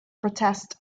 protest